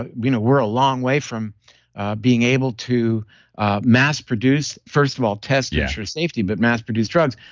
but you know we're a long way from being able to mass produced, first of all test it yeah for safety, but mass produce drugs.